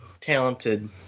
talented